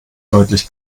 deutlich